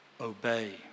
obey